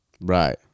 Right